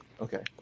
Okay